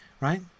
Right